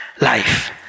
life